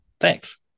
Thanks